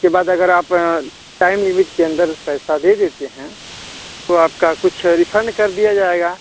इसके बाद अगर आप टाइम लिमिट के अंदर पैसा दे देते हैं तो आपका कुछ रिफंड कर दिया जाएगा